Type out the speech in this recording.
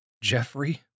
Jeffrey